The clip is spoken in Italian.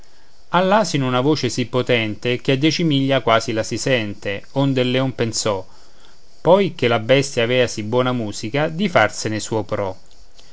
l'asino una voce sì potente che a dieci miglia quasi la si sente onde il leon pensò poi che la bestia avea sì buona musica di farsene suo pro